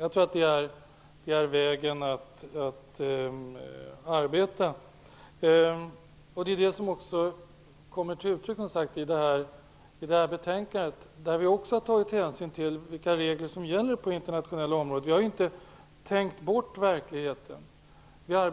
Jag tror att det är vägen att arbeta, vilket också kommer till uttryck i betänkandet. Där har det också tagits hänsyn till de regler som gäller på det internationella området. Vi har inte tänkt bort verkligheten. Jag